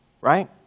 right